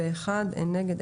מי נגד?